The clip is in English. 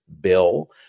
bill